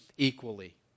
equally